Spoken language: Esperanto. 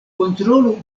kontrolu